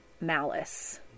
malice